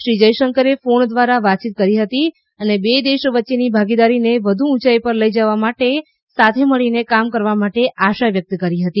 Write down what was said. શ્રી જયશંકરે ફોન દ્વારા વાતયીત કરી હતી અને બે દેશ વચ્ચેની ભાગીદારીને વધુ ઉંચાઇ પર લઈ જવા માટે સાથે મળીને કામ કરવા માટે આશા વ્યક્ત કરી હતી